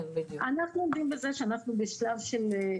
אנחנו עומדים בזה שאנחנו בשלב של,